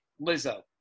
lizzo